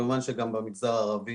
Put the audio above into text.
כמובן גם במגזר הערבי